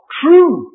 true